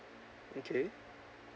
okay